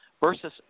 versus